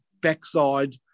backside